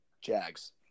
Jags